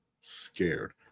scared